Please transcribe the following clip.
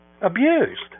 abused